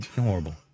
horrible